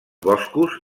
boscos